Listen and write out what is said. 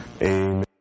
Amen